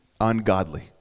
ungodly